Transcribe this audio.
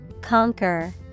Conquer